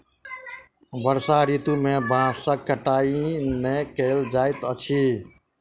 वर्षा ऋतू में बांसक कटाई नै कयल जाइत अछि